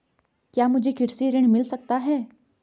क्या मुझे कृषि ऋण मिल सकता है?